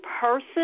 person